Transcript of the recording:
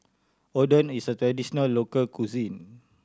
oden is a traditional local cuisine